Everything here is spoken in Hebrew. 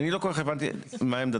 אני לא כל כך הבנתי מה עמדתכם.